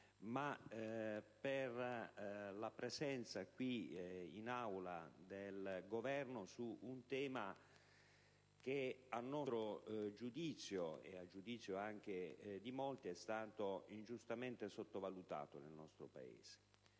ma per la presenza in Aula del Governo su un tema che, a giudizio nostro e di molti, è stato ingiustamente sottovalutato nel nostro Paese.